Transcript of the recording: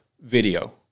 video